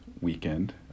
weekend